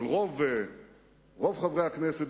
אבל רוב חברי הכנסת,